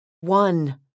one